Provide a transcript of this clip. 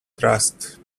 trust